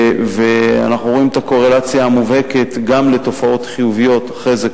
ואנחנו רואים את הקורלציה המובהקת גם עם תופעות חיוביות אחרי זה,